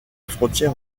frontière